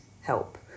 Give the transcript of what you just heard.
help